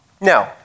Now